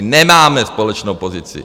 Nemáme společnou pozici.